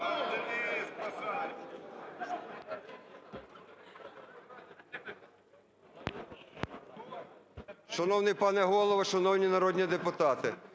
Шановний пане Голово, шановні народні депутати!